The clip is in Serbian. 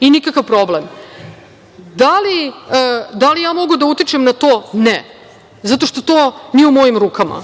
i nikakav problem. Da li ja mogu da utičem na to? Ne, zato što to nije u mojim rukama,